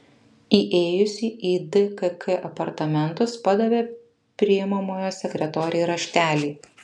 įėjusi į dkk apartamentus padavė priimamojo sekretorei raštelį